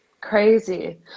Crazy